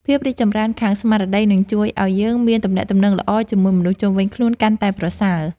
ភាពរីកចម្រើនខាងស្មារតីនឹងជួយឱ្យយើងមានទំនាក់ទំនងល្អជាមួយមនុស្សជុំវិញខ្លួនកាន់តែប្រសើរ។